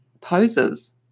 poses